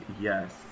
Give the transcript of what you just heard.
yes